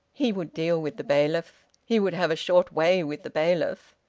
he would deal with the bailiff. he would have a short way with the bailiff.